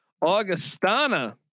Augustana